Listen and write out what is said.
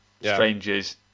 strangers